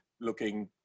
looking